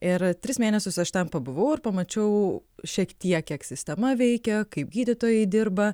ir tris mėnesius aš ten pabuvau ir pamačiau šiek tiek kiek sistema veikia kaip gydytojai dirba